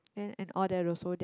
then and all